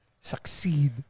succeed